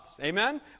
Amen